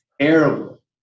terrible